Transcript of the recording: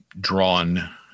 drawn